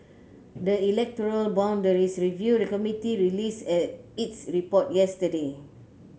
the electoral boundaries review committee released at its report yesterday